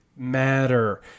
matter